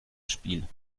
spiel